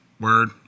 Word